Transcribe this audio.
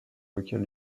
lequel